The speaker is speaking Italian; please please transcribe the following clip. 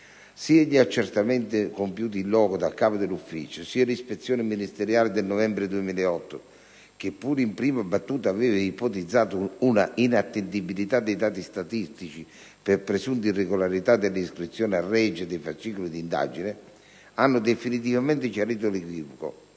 Sia gli accertamenti compiuti *in loco* dal capo dell'ufficio, sia l'ispezione ministeriale del novembre 2008 - che pure, in prima battuta, aveva ipotizzato un'inattendibilità dei dati statistici per presunte irregolarità delle iscrizioni al Registro generale dei fascicoli di indagine - hanno definitivamente chiarito l'equivoco,